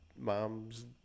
mom's